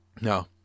No